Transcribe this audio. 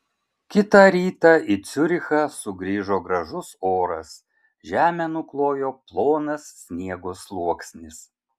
kitą rytą į ciurichą sugrįžo gražus oras žemę nuklojo plonas sniego sluoksnis